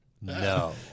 No